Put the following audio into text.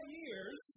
years